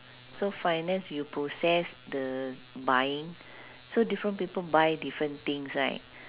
so finance you process the buying so different people buy different things right